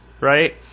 right